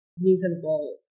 reasonable